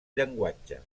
llenguatge